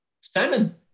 Salmon